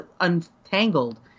untangled